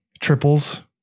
triples